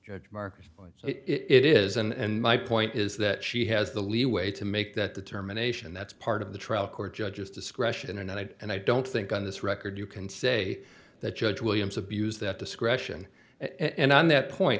judge marcus it is and my point is that she has the leeway to make that determination that's part of the trial court judge's discretion or not i and i don't think on this record you can say that judge williams abuse that discretion and on that point